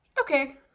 okay